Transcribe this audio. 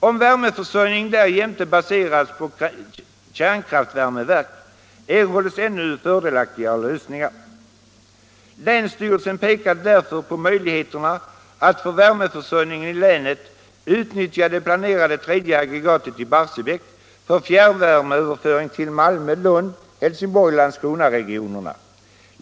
Om värmeförsörjningen därjämte baseras på kärnkraftvärmeverk, erhålles ännu fördelaktigare lösningar. Länsstyrelsen pekade därför på möjligheterna att för värmeförsörjningen i länet utnyttja det planerade tredje aggregatet i Barsebäck för fjärrvärmeöverföring till Malmö-, Lund-, Helsingborgsoch Landskronaregionerna.